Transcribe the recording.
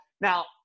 Now